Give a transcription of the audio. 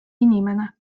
inimene